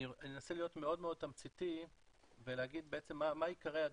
אני אנסה להיות מאוד תמציתי ולהגיד מה עיקרי הדו"ח.